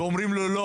ואומרים לו לא.